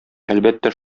әлбәттә